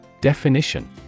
Definition